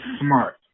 Smart